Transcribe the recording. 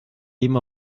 eben